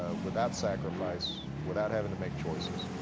ah without sacrifice, without having to make choices,